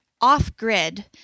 off-grid